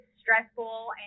stressful